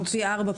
פי ארבע,